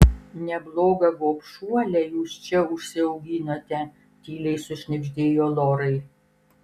neblogą gobšuolę jūs čia užsiauginote tyliai sušnibždėjo lorai